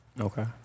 Okay